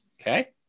Okay